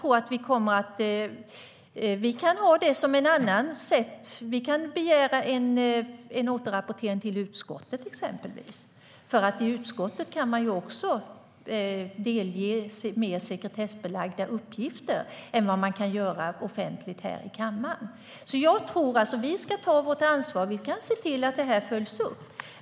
Vi kan ha det på ett annat sätt. Vi kan till exempel begära återrapportering till utskottet, för i utskottet kan man delge mer sekretessbelagda uppgifter än vad man kan göra offentligt här i kammaren. Vi ska ta vårt ansvar. Vi kan se till att det här följs upp.